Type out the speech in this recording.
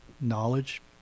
knowledge